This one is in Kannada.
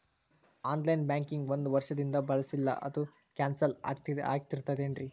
ಆನ್ ಲೈನ್ ಬ್ಯಾಂಕಿಂಗ್ ಒಂದ್ ವರ್ಷದಿಂದ ಬಳಸಿಲ್ಲ ಅದು ಕ್ಯಾನ್ಸಲ್ ಆಗಿರ್ತದೇನ್ರಿ?